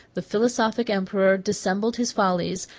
the philosophic emperor dissembled his follies,